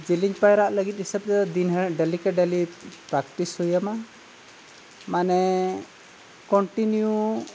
ᱡᱤᱞᱤᱧ ᱯᱟᱭᱨᱟᱜ ᱞᱟᱹᱜᱤᱫ ᱦᱤᱥᱟᱹᱵ ᱛᱮᱫᱚ ᱫᱤᱱ ᱦᱤᱞᱳᱜ ᱰᱮᱞᱤ ᱠᱮ ᱰᱮᱞᱤ ᱯᱨᱮᱠᱴᱤᱥ ᱦᱩᱭᱟᱢᱟ ᱢᱟᱱᱮ ᱠᱚᱱᱴᱤᱱᱤᱭᱩ